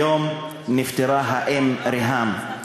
היום נפטרה האם ריהאם,